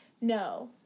No